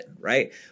right